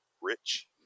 rich